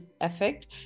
effect